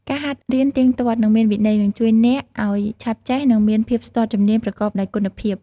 ការហាត់រៀនទៀងទាត់ និងមានវិន័យ នឹងជួយអ្នកឱ្យឆាប់ចេះ និងមានភាពស្ទាត់ជំនាញប្រកបដោយគុណភាព។